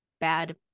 bad